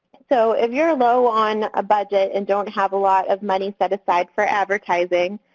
so, if you're low on a budget and don't have a lot of money set aside for advertising,